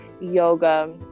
yoga